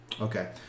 Okay